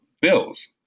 bills